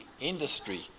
industry